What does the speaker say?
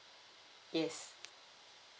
yes